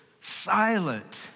silent